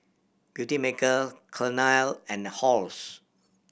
Beautymaker Cornell and Halls